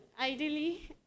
ideally